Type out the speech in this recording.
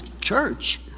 Church